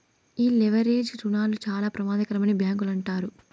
ఈ లెవరేజ్ రుణాలు చాలా ప్రమాదకరమని బ్యాంకులు అంటారు